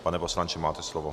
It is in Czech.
Pane poslanče, máte slovo.